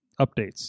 updates